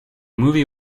movie